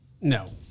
No